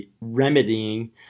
remedying